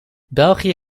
belgië